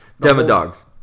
demodogs